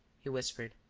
he whispered.